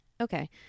Okay